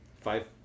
five